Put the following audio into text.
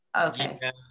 okay